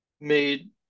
made